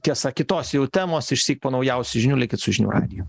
tiesa kitos jau temos išsyk po naujausių žinių likit su žinių radiju